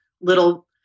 little